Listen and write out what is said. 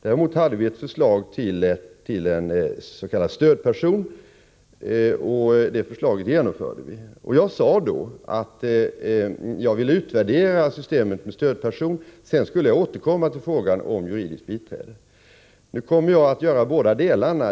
Däremot fanns det ett förslag oms.k. stödperson, och det förslaget genomfördes. Jag sade då att jag ville utvärdera systemet med stödperson och sedan återkomma till frågan om juridiskt biträde. Nu kommer jag att göra båda delarna.